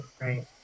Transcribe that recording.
right